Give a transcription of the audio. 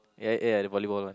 ya ya the volleyball one